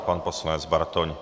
Pan poslanec Bartoň.